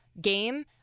game